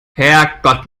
herrgott